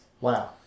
Wow